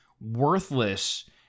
worthless